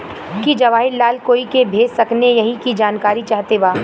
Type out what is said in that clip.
की जवाहिर लाल कोई के भेज सकने यही की जानकारी चाहते बा?